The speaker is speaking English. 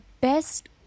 best